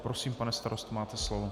Prosím, pane starosto, máte slovo.